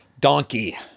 Donkey